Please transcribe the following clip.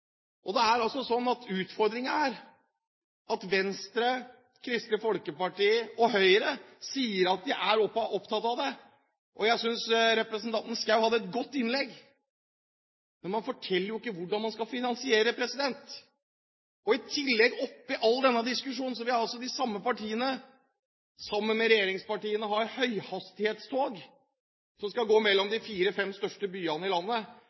er at Venstre, Kristelig Folkeparti og Høyre sier at de er opptatt av det, og jeg synes representanten Schou hadde et godt innlegg. Men man forteller jo ikke hvordan man skal finansiere det! I tillegg, oppi all denne diskusjonen, vil de samme partiene, sammen med regjeringspartiene, ha høyhastighetstog som skal gå mellom de fire–fem største byene i landet.